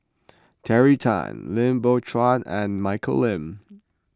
Terry Tan Lim Biow Chuan and Michelle Lim